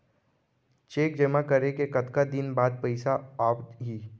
Cheque जेमा करें के कतका दिन बाद पइसा आप ही?